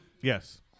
Yes